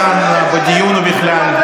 כאן בדיון ובכלל,